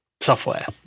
software